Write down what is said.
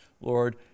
Lord